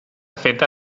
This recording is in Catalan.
feta